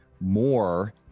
more